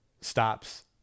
stops